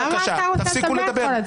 למה אתה רוצה לדבר כל הזמן?